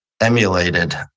emulated